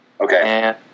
Okay